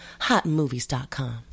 HotMovies.com